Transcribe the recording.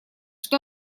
что